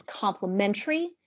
complementary